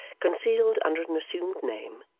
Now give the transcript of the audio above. concealed under an assumed name,